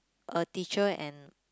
a teacher and